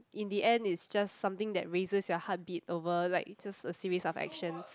in the end it's just something that raises your heartbeat over like just a series of actions